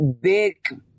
big